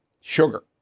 sugar